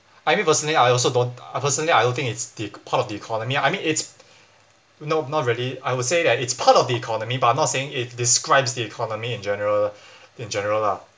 I mean personally I also don't uh personally I don't think it's the part of the economy I mean it's no not really I would say that it's part of the economy but I'm not saying it describes the economy in general in general lah